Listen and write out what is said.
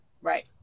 Right